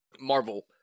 Marvel